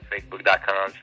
Facebook.com